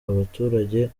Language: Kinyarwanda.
abaturage